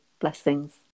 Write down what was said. blessings